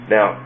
Now